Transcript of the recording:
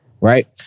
right